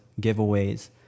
giveaways